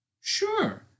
Sure